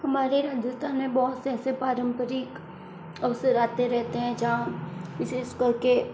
हमारे राजस्थान में बहुत से ऐसे पारम्परिक अवसर आते रहते हैं जहाँ विशेष करके